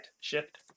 Shift